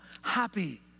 happy